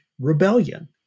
rebellion